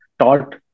taught